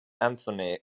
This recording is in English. anthony